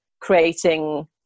creating